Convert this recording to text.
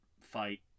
fight